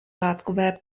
látkové